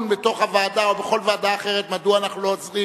בה בוועדה או בכל ועדה אחרת מדוע אנחנו לא עוזרים